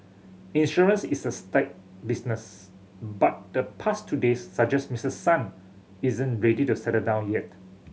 insurance is a staid business but the past two days suggest Mister Son isn't ready to settle down yet